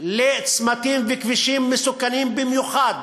לצמתים ולכבישים מסוכנים במיוחד.